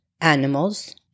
animals